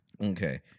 Okay